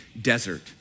desert